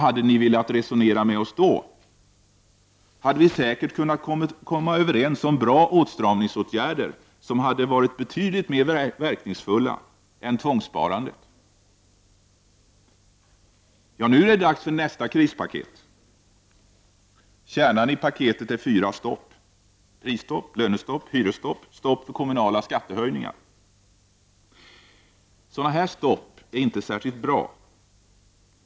Hade ni velat resonera med oss då, hade vi säkert kunnat komma överens om bra åtstramningsåtgärder som varit betydligt mer verkningsfulla än tvångssparandet. Nu är det dags för nästa krispaket. Kärnan i det paketet är fyra stopp: prisstopp, lönestopp, hyresstopp och stopp för kommunala skattehöjningar. Sådana här stopp är inte särskilt bra.